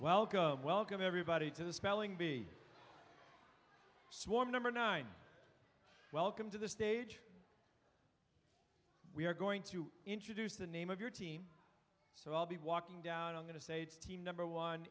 welcome welcome everybody to the spelling bee swarm number nine welcome to the stage we're going to introduce the name of your team so i'll be walking down i'm going to say number one